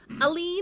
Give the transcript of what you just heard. aline